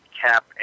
Cap